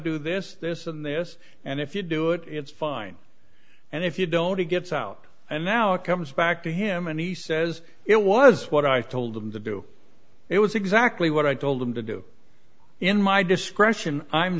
do this this and this and if you do it it's fine and if you don't he gets out and now it comes back to him and he says it was what i told them to do it was exactly what i told them to do in my discretion i'm